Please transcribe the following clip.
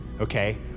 okay